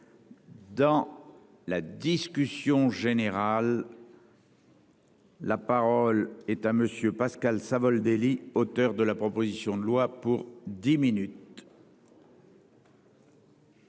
Dans la discussion générale. La parole est à monsieur Pascal Savoldelli, auteur de la proposition de loi pour 10 minutes.